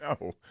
no